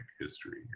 history